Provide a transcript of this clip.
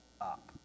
up